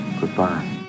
Goodbye